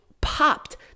popped